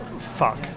fuck